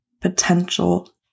potential